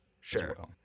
Sure